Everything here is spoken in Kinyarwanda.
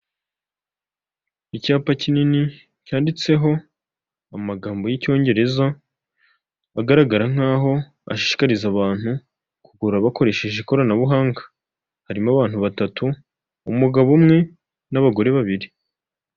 Icyapa kinini cyanditseho amagambo y'icyongereza agaragara nkaho ashishikariza abantu kugura bakoresheje ikoranabuhanga, harimo abantu batatu umugabo umwe n'abagore babiri.